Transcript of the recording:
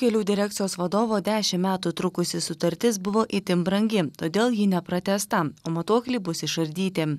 kelių direkcijos vadovo dešimt metų trukusi sutartis buvo itin brangi todėl ji nepratęsta o matuokliai bus išardyti